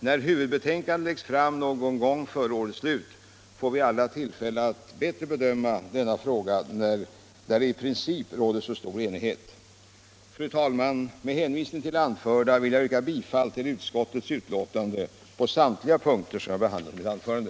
När huvudbetänkandet läggs fram någon gång före årets slut får vi alla tillfälle att bättre bedöma denna fråga. där det i princip råder så stor enighet. Fru talman! Med hänvisning ull det anförda vill jag vrka bifall till utskottets hemställan på alla de punkter i betänkandet som jag behandlat. i mitt anförande.